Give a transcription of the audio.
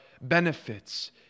benefits